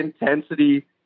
intensity